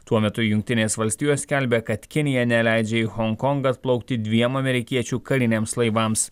tuo metu jungtinės valstijos skelbia kad kinija neleidžia į honkongą atplaukti dviem amerikiečių kariniams laivams